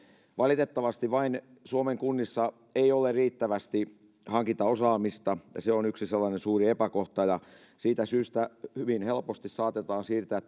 valitettavasti vain suomen kunnissa ei ole riittävästi hankintaosaamista ja se on yksi sellainen suuri epäkohta ja siitä syystä hyvin helposti saatetaan siirtyä